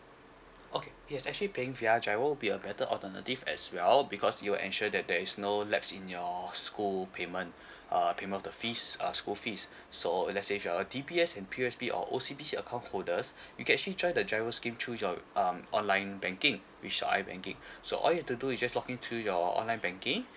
okay yes actually paying via giro will be a better alternative as well because you ensure that there is no lapse in your school payment uh payment of the fees uh school fees so if let say if you're a D_B_S and P_O_S_B or O_C_B_C account holders you can actually join the giro scheme through your um online banking which is ibanking so all you have do is just login to your online banking